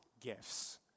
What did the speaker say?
gifts